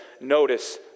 Notice